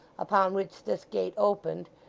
upon which this gate opened,